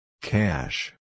Cash